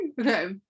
Okay